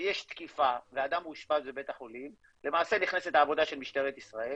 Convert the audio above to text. שיש תקיפה ואדם אושפז בבית החולים למעשה נכנסת העבודה של משטרת ישראל,